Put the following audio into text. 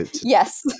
Yes